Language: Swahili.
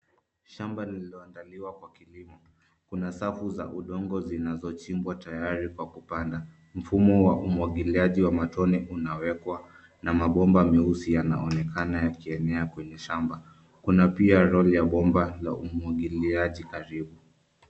Shamba lililoandaliwa kwa kilimo. Kuna safu za udongo zinazochimbwa tayari kwa kupanda. Mfumo wa umwangiliaji wa matone unawekwa na mabomba meusi yanaonekana yakienea kwenye shamba. Kuna pia lori la bomba la umwangiliaji karibu.